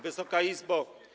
Wysoka Izbo!